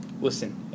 listen